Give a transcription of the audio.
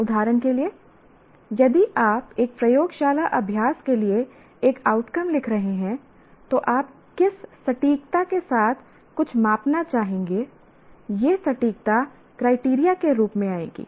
उदाहरण के लिए यदि आप एक प्रयोगशाला अभ्यास के लिए एक आउटकम लिख रहे हैं तो आप किस सटीकता के साथ कुछ मापना चाहेंगे यह सटीकता क्राइटेरिया के रूप में आएगी